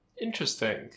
interesting